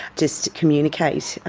just communicate,